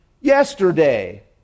yesterday